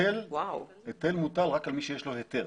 היטל מוטל רק על מי שיש לו היתר.